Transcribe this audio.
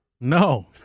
no